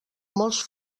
molts